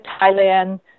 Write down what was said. Thailand